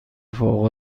فوق